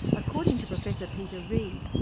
according to professor peter read,